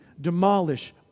demolish